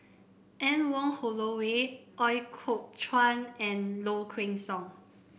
Anne Wong Holloway Ooi Kok Chuen and Low Kway Song